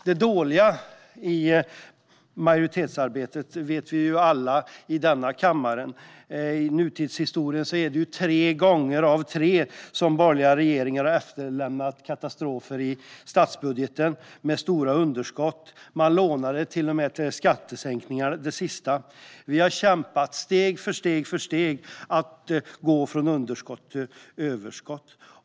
Det dåliga i majoritetsarbetet, vet vi ju alla i denna kammare, är att i nutidshistorien har borgerliga regeringar tre gånger av tre efterlämnat katastrofer i statsbudgeten med stora underskott. Man lånade till och med till skattesänkningar. Vi har kämpat och steg för steg gått från underskott till överskott.